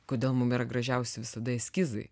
kodėl mum yra gražiausi visada eskizai